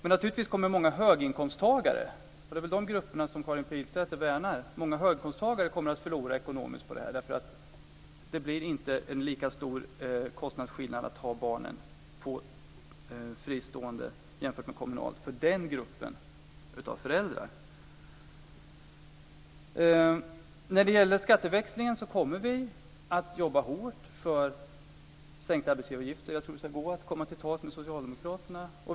Naturligtvis kommer många höginkomsttagare - och det är väl dessa grupper som Karin Pilsäter värnar - att förlora ekonomiskt på detta, därför att kostnadsskillnaden mellan att ha barnen på fristående dagis och på kommunalt dagis blir inte lika stor för den gruppen av föräldrar. När det gäller skatteväxlingen kommer vi att jobba hårt för sänkta arbetsgivaravgifter. Jag tror att det ska gå att komma till tals med Socialdemokraterna.